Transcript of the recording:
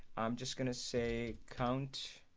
i'm just gonna say count